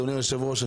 אדוני היושב-ראש,